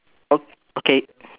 ok~ okay